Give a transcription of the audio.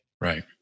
Right